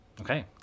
okay